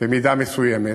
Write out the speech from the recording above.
במידה מסוימת.